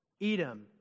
Edom